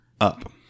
up